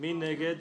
מי נגד?